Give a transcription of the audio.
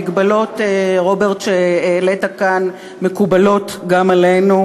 המגבלות, רוברט, שהעלית כאן, מקובלות גם עלינו,